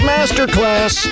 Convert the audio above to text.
Masterclass